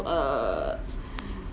err